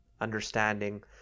understanding